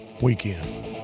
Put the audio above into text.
weekend